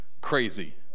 Crazy